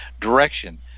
direction